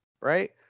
Right